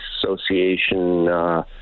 Association